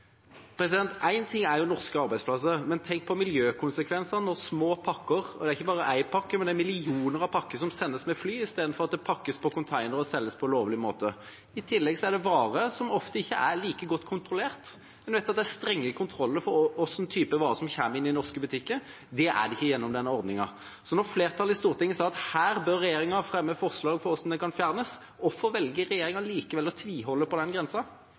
ting er norske arbeidsplasser, men tenk på miljøkonsekvensene når små pakker – og det er ikke bare én pakke, det er millioner av pakker – sendes med fly istedenfor at det pakkes på konteiner og selges på lovlig måte. I tillegg er dette varer som ofte ikke er like godt kontrollert. En vet at det er strenge kontroller for hvilke typer varer som kommer inn i norske butikker, det er det ikke gjennom denne ordningen. Så når flertallet i Stortinget sa at her bør regjeringa fremme forslag om hvordan det kan fjernes, hvorfor velger regjeringa likevel å tviholde på den grensa?